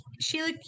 Sheila